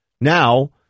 Now